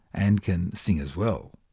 and can sing as well.